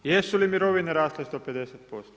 Jesu li mirovine rasle 150%